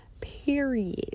period